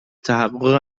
تحقق